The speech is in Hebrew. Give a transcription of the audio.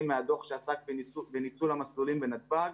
מהדוח שעסק בניצול המסלולים בנתב"ג.